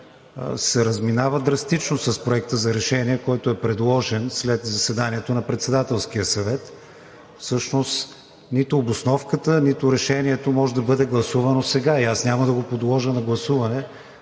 се разминава драстично с Проекта за решение, който е предложен след заседанието на Председателския съвет. Всъщност нито обосновката, нито решението може да бъде гласувано сега и аз няма да го подложа на гласуване,